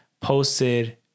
posted